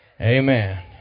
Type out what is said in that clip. Amen